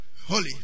Holy